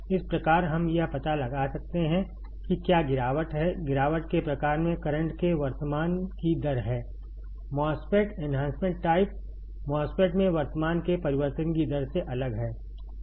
इस प्रकार हम यह पता लगा सकते हैं कि क्या गिरावट के प्रकार में करंट के परिवर्तन की दर है MOSFET एन्हांसमेंट टाइप MOSFET में वर्तमान के परिवर्तन की दर से अलग है